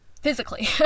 physically